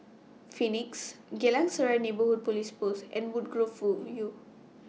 Phoenix Geylang Serai Neighbourhood Police Post and Woodgrove View